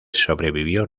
sobrevivió